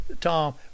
Tom